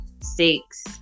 six